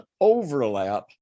overlap